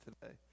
today